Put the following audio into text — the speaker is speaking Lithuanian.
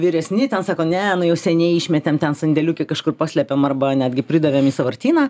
vyresni ten sako ne nu jau seniai išmetėm ten sandėliuke kažkur paslėpėme arba netgi pridavėm į sąvartyną